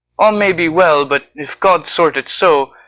all may be well but, if god sort it so,